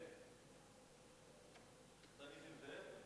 נא להזדרז.